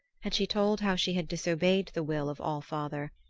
and she told how she had disobeyed the will of all-father,